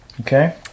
Okay